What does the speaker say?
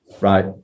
right